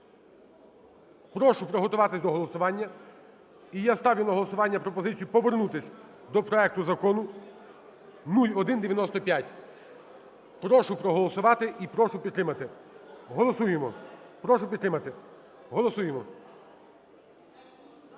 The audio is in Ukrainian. Прошу приготуватись до голосування. І я ставлю на голосування пропозицію повернутись до проекту Закону 0195. Прошу проголосувати і прошу підтримати. Голосуємо. Прошу підтримати. Голосуємо.